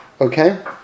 Okay